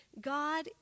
God